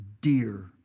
dear